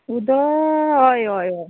उदक हय हय हय